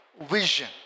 vision